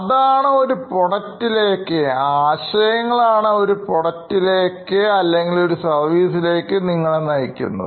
അതാണ് ഒരു ഒരു ഉൽപന്നത്തിലേക്ക് അല്ലെങ്കിൽ Service യിലേക്ക് നിങ്ങളെ നയിക്കുന്നത്